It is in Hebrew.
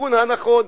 בכיוון הנכון,